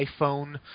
iPhone